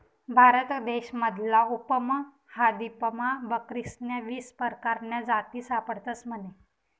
भारत देश मधला उपमहादीपमा बकरीस्न्या वीस परकारन्या जाती सापडतस म्हने